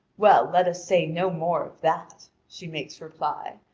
well, let us say no more of that, she makes reply,